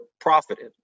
profited